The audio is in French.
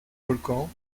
volcans